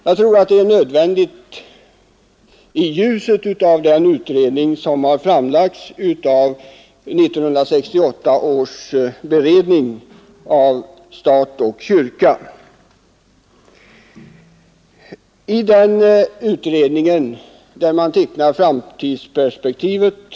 Det tror jag är nödvändigt i ljuset av den utredning som framlagts av 1968 års beredning om stat och kyrka. I den utredningen tecknar man framtidsperspektivet.